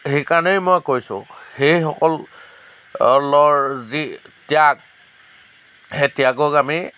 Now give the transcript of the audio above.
সেই কাৰণেই মই কৈছোঁ সেইসকলৰ যি ত্যাগ সেই ত্যাগক আমি